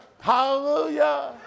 Hallelujah